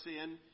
sin